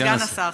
סגן השר.